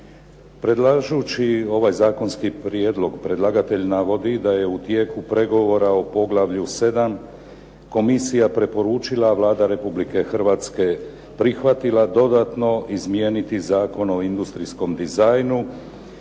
Predlažući ovaj zakonski prijedlog predlagatelj navodi da je u tijeku pregovora o poglavlju 7. komisija preporučila, Vlada Republike Hrvatske prihvatila dodatno izmijeniti Zakon o industrijskom dizajnu,